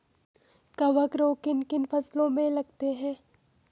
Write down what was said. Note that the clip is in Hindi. कवक रोग किन किन फसलों में लगते हैं?